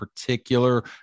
particular